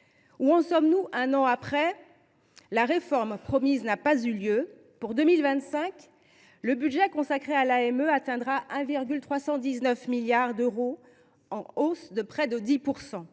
son efficacité ». Un an après, la réforme promise n’a pas eu lieu. Le budget consacré à l’AME atteindra 1,319 milliard d’euros en 2025, en hausse de près de 10 %.